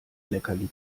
leckerli